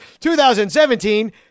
2017